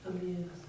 Amuse